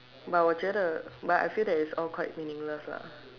but 我觉得 but I feel that it's all quite meaningless lah